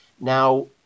Now